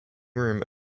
room